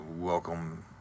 welcome